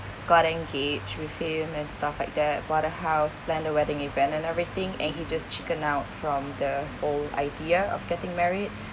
got engaged with him and stuff like that bought a house plan the wedding event and everything and he just chicken out from the whole idea of getting married